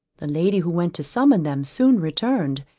the lady who went to summon them, soon returned,